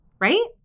right